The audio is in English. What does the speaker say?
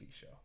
show